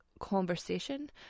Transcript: conversation